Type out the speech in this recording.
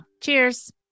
Cheers